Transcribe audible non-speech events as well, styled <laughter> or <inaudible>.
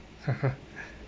<laughs>